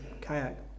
kayak